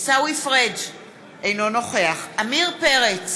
אינו נוכח עמיר פרץ,